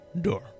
door